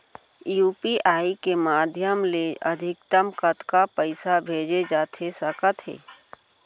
UPI के माधयम ले अधिकतम कतका पइसा भेजे जाथे सकत हे?